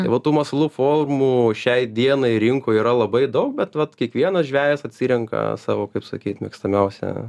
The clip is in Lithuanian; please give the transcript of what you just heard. tai vat tų masalų formų šiai dienai rinkoj yra labai daug bet vat kiekvienas žvejas atsirenka savo kaip sakyt mėgstamiausią